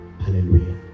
hallelujah